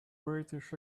british